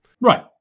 Right